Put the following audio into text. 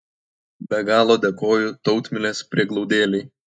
be galo dėkoju tautmilės prieglaudėlei